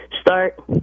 start